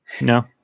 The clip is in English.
No